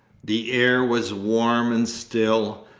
the air was warm and still,